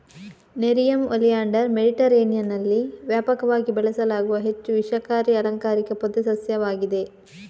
nerium oleander ಮೆಡಿಟರೇನಿಯನ್ನಲ್ಲಿ ವ್ಯಾಪಕವಾಗಿ ಬೆಳೆಸಲಾಗುವ ಹೆಚ್ಚು ವಿಷಕಾರಿ ಅಲಂಕಾರಿಕ ಪೊದೆ ಸಸ್ಯವಾಗಿದೆ